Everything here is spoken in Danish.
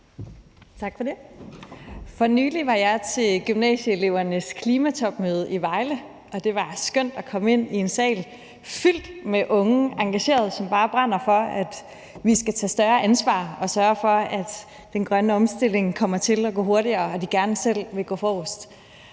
For nylig var jeg til gymnasieelevernes klimatopmøde i Vejle, og det var skønt at komme ind i en sal fyldt med unge engagerede, som bare brænder for, at vi skal tage større ansvar og sørge for, at den grønne omstilling kommer til at gå hurtigere, og som gerne selv vil gå forrest.